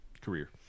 career